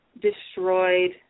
destroyed